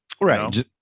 Right